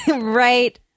Right